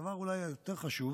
הדבר שאולי יותר חשוב